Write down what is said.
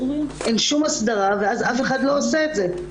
אין שום הסדרה ואז אף אחד לא עושה את זה.